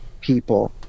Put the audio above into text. people